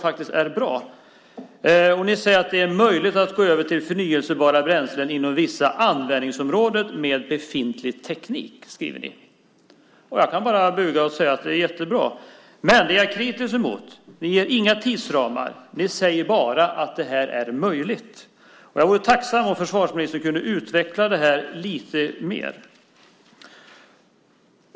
Ni säger också att det med befintlig teknik är möjligt att gå över till förnybara bränslen inom vissa användningsområden. Jag kan bara buga och säga att det är jättebra. Men det jag är kritisk mot är att ni inte anger några tidsramar. Ni säger bara att det här är möjligt. Jag vore tacksam om försvarsministern kunde utveckla det här lite mer.